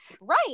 right